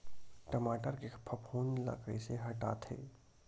टमाटर के फफूंद ल कइसे हटाथे?